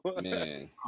Man